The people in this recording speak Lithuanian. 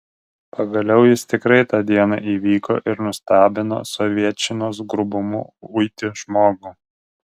pagaliau jis tikrai tą dieną įvyko ir nustebino sovietčinos grubumu uiti žmogų